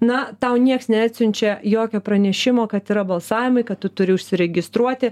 na tau nieks neatsiunčia jokio pranešimo kad yra balsavimai kad tu turi užsiregistruoti